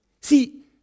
See